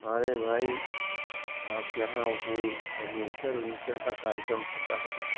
अरे भाई आपके यहाँ वो फर्नीचर उर्नीचर का कार्यक्रम होता है क्या